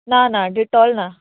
ना ना डिटोल ना